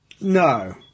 No